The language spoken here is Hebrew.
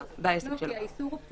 בעסק שלו, למשל.